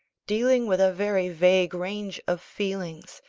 dealing with a very vague range of feelings,